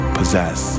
possess